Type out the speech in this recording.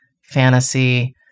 fantasy